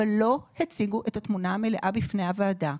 אבל לא הציגו את התמונה המלאה בפני הוועדה.